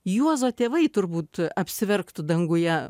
juozo tėvai turbūt apsiverktų danguje